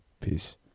Peace